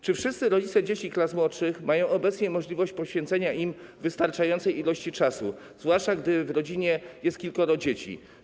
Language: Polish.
Czy wszyscy rodzice dzieci klas młodszych mają obecnie możliwość poświęcenia im wystarczającej ilości czasu, zwłaszcza gdy w rodzinie jest kilkoro dzieci?